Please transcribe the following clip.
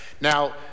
Now